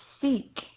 seek